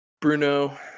Bruno